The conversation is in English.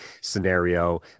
scenario